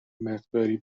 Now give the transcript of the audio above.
مقداری